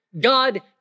God